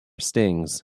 stings